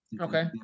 Okay